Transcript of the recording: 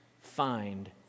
find